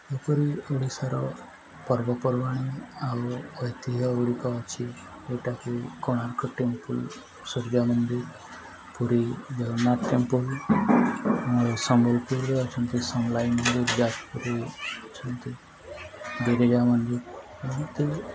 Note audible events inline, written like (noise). ପୁରୀ ଓଡ଼ିଶାର ପର୍ବପର୍ବାଣି ଆଉ ଐତିହ୍ୟ ଗୁଡ଼ିକ ଅଛି ଯେଉଁଟାକି କୋଣାର୍କ ଟେମ୍ପୁଲ୍ ସୂର୍ଯ୍ୟ ମନ୍ଦିର ପୁରୀ ଜଗନ୍ନାଥ ଟେମ୍ପୁଲ୍ ସମ୍ବଲପୁରରେ ଅଛନ୍ତି ସମଲାଇ ମନ୍ଦିର ଯାଜପୁର ଅଛନ୍ତି ବିରଜା ମନ୍ଦିର (unintelligible)